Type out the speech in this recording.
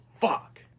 fuck